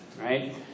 right